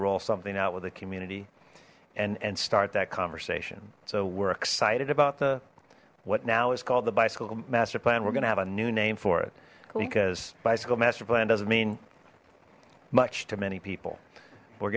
roll something out with a community and and start that conversation so we're excited about the what now is called the bicycle master plan we're gonna have a new name for it because bicycle master plan doesn't mean much to many people we're